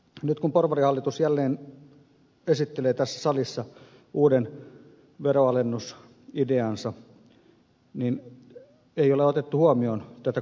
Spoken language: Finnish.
nyt kun porvarihallitus jälleen esittelee tässä salissa uuden veronalennusideansa niin ei ole otettu huomioon tätä kohtuullisuutta